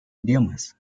idiomas